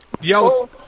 Yo